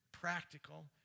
Practical